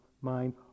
mind